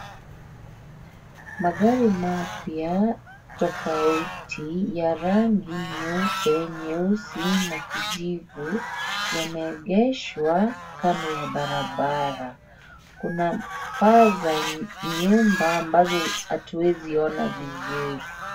Magari Mapya tofauti ya rangi nyeupe, nyeusi na kijivu yameengeshwa kando ya barabara. Kuna paa za nyumba ambazo hatuwezi ona vizuri.